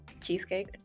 cheesecake